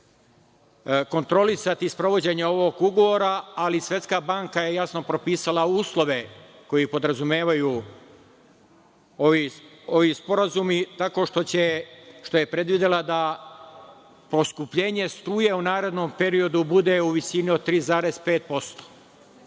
kontrolisati sprovođenje ovog ugovora, ali Svetska banka je jasno propisala uslove koji podrazumevaju ovi sporazumi tako što je predvidela da poskupljenje struje u narednom periodu bude u visini od 3,5%,